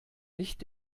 nicht